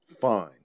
fine